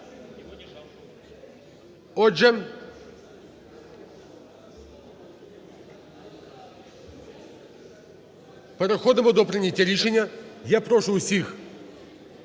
Отже, переходимо до прийняття рішення. Я прошу усіх